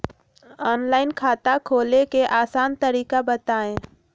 Online खाता खोले के आसान तरीका बताए?